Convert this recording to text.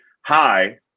hi